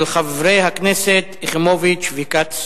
של חברי הכנסת יחימוביץ וכץ,